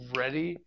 ready